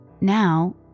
Now